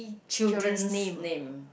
children's name